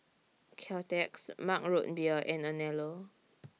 Caltex Mug Root Beer and Anello